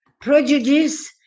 Prejudice